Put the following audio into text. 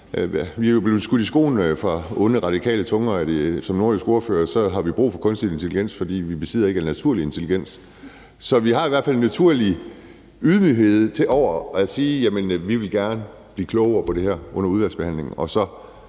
jeg er som nordjysk ordfører af onde radikale tunger blevet skudt i skoene, at vi har brug for kunstig intelligens, fordi vi ikke besidder en naturlig intelligens, så vi har i hvert fald en naturlig ydmyghed i forhold til at sige, at vi gerne vil blive klogere på det her under udvalgsbehandlingen.